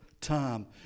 time